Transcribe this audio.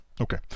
Okay